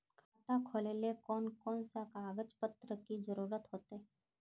खाता खोलेले कौन कौन सा कागज पत्र की जरूरत होते?